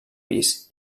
pis